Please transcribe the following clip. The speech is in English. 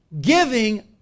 Giving